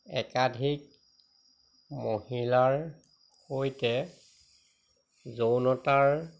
একাধিক মহিলাৰ সৈতে যৌনতাৰ